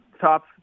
top